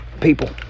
people